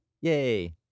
Yay